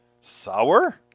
Sour